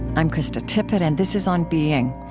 i'm krista tippett, and this is on being.